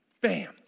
Bam